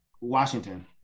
Washington